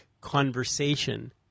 conversation